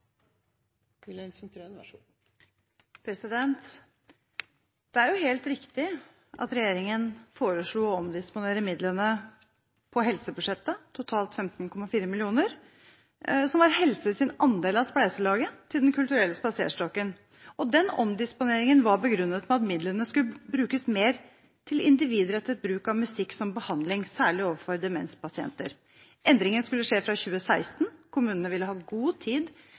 Det er helt riktig at regjeringen foreslo å omdisponere midlene på helsebudsjettet – totalt 15,4 mill. kr – som var helsebudsjettets andel av spleiselaget til Den kulturelle spaserstokken. Den omdisponeringen var begrunnet med at midlene skulle brukes mer til individrettet bruk av musikk som behandling, særlig overfor demenspasienter. Endringen skulle skje fra 2016. Kommunene ville hatt god tid